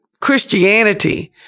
Christianity